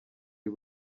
y’u